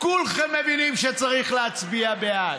כולכם מבינים שצריך להצביע בעד.